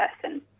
person